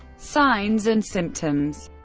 signs and symptoms